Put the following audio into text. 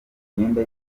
myenda